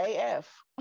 AF